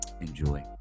enjoy